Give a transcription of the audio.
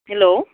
hello